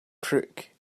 crook